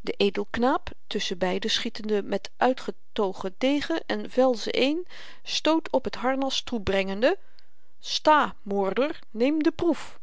de edelknaap tusschen beiden schietende met uitgetogen degen en velzen een stoot op het harnas toebrengende sta moorder neem de proef